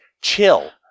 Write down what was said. chill